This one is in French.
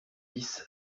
dix